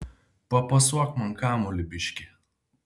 papasuok man kamuolį biškį